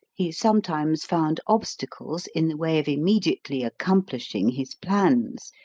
he sometimes found obstacles in the way of immediately accomplishing his plans,